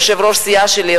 יושב-ראש הסיעה שלי,